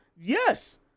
Yes